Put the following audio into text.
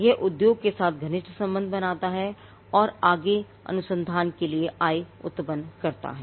यह उद्योग के साथ घनिष्ठ संबंध बनाता है और यह आगे के अनुसंधान के लिए आय उत्पन्न करता है